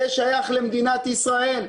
זה שייך למדינת ישראל.